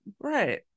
Right